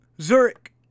Zurich